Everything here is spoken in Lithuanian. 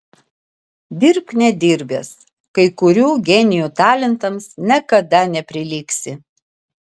dirbk nedirbęs kai kurių genijų talentams niekada neprilygsi